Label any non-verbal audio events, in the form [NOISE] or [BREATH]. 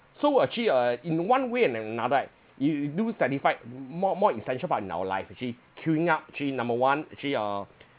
so actually uh in one way and another right you do satisfied more more essential part in our life actually queuing up actually number one actually uh [BREATH]